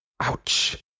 Ouch